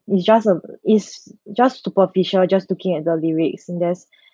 it's just a it's just superficial just looking at the lyrics and there's